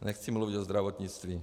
Nechci mluvit o zdravotnictví.